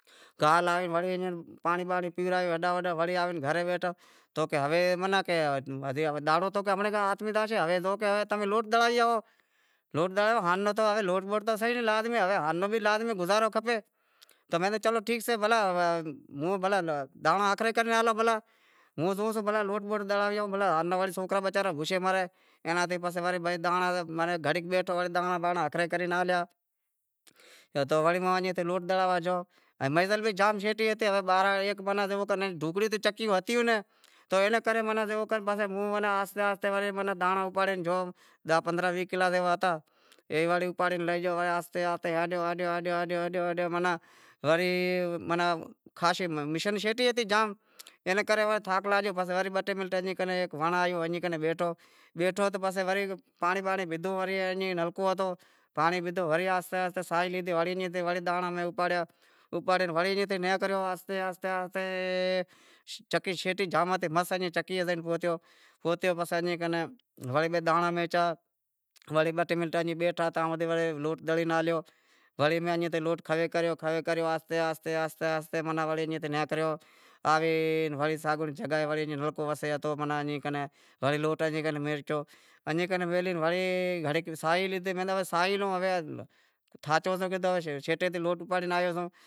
گاہ باہ لائے پانڑی بانڑی پیورائے ہیڈاں ہوڈاں وڑے آوے گھرے بیٹھا تو کہے ہوے دہاڑو تو ہمارے ہاتھ ماں زاشے کہے کہ ہوے زائو تمیں لود دڑائے آئو، لود دڑائے آئو اٹو تو سے نہیں، لازمی ہوے ان بھی گزارو کھپے تو میں کہیو چلو ٹھیک سے ہوں زائوں لوڈ بوڈ دڑائے آواں سوکراں وسارا بہوکھیں مریں وڑے گھریں بیٹھو تو دانڑا بانڑا ہنکرے کرے ہالیا تو وڑے ہوں ایئں تھی لوڈ دڑاوا گیو منزل بھی جام شیٹی ہتی ہوے بہراڑی ماہ تو جیوو کر ڈھوکڑیوں تو چکیوں ہتیوں ئی ناں تو اینے کرے ہوں جیوو کر ہوں ایئں ناں آہستے آہستے ماناں دانڑا اپاڑے گیو داہ پندرنہں ویھ کلا جیوا ہتا اے اپاڑے اپڑے لئی گیو آہستے آہستے ہالیو ہالیو ہالیو ہالیو ماناں وڑی خاشے، میشن شیٹی ہتی زام ایئنے کرے تھاک لاگو تو بہ ٹے منٹ ہیک ونڑ آیو تو ایئں کنیں ہیٹھو بیٹھو تو پسے پانڑی بانڑی پیدہو تو ورے نلکو ہتو پانڑی پیدہو ورے آہستےآہستے ساہی لیدہی وڑے ایئں تھے دانڑا میں اپاڑیا، اپاڑے وڑے ایم تھے نیکریو آہستے آہستے آسہتے آہستے چکی شیٹی جام ہتی مس ہنچے چکی ماتھے پہچیو پہتیو پسے ایئں کنے وڑے بے دانڑا لوڈ دڑایو دانڑا کھڑے کریا کھڑے کرے ایئں آہستے آہستے ماناں ایئں تھے نیکریو آوے وڑے ساگونڑی جگے تے نیڑکو لوڈ ایئں کنیں میلہے وڑے ساہی لیدی، میں کہیوو ساہی لوں ہوے تھاچو شیٹے تاں لوڈ اپاڑے آیو سوں۔